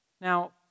Now